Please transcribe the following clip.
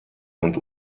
und